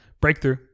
Breakthrough